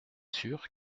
sûr